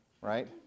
right